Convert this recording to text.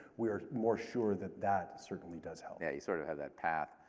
we are more sure that that certainly does help. yeah, you sort of have that path.